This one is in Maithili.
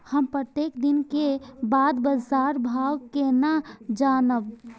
हम प्रत्येक दिन के बाद बाजार भाव केना जानब?